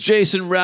Jason